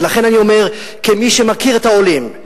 ולכן אני אומר, כמי שמכיר את העולים: